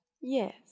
yes